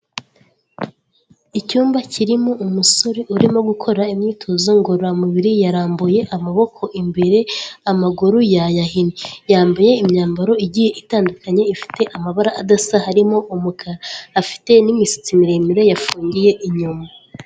Icyumba kirimo umusore urimo gukora imyitozo ngororamubiri yarambuye amaboko imbere, amaguru yayahinye, yambaye imyambaro igiye itandukanye ifite amabara adasa harimo umukara, afite n'imisatsi miremire yafungiye inyuma.